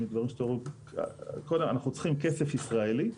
אנחנו צריכים כסף ישראלי.